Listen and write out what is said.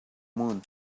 moon